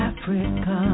Africa